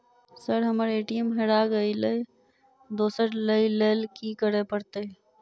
Sir हम्मर ATM हरा गइलए दोसर लईलैल की करऽ परतै?